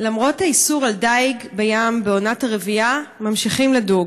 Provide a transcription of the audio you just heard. למרות איסור הדיג בים בעונת הרבייה, ממשיכים לדוג.